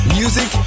music